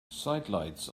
sidelights